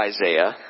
Isaiah